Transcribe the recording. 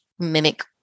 mimic